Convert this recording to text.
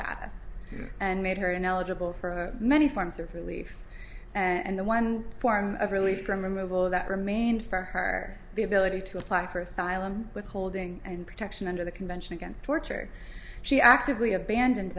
status and made her ineligible for many forms of relief and the one form of relief from removal that remained for her the ability to apply for asylum withholding and protection under the convention against torture she actively abandoned